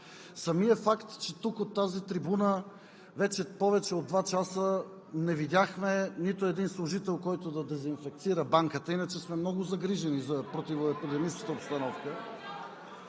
Самият факт, че на тази трибуна повече от два часа не видяхме нито един служител, който да дезинфекцира банката, а иначе сме много загрижени за противоепидемичната обстановка.